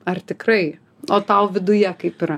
ar tikrai o tau viduje kaip yra